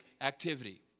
activity